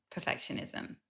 perfectionism